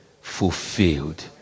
fulfilled